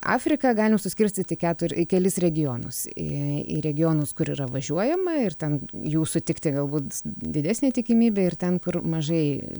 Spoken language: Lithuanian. afriką galima suskirstyt į keturi į kelis regionus į į regionus kur yra važiuojama ir ten jų sutikti galbūt didesnė tikimybė ir ten kur mažai